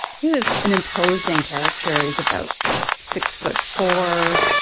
he was an imposing character, he's about six foot four,